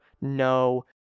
no